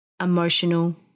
emotional